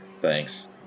thanks